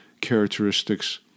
characteristics